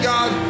God